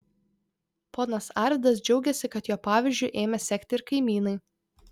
ponas arvydas džiaugėsi kad jo pavyzdžiu ėmė sekti ir kaimynai